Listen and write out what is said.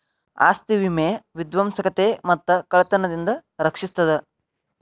ಆಸ್ತಿ ವಿಮೆ ವಿಧ್ವಂಸಕತೆ ಮತ್ತ ಕಳ್ತನದಿಂದ ರಕ್ಷಿಸ್ತದ